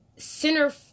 center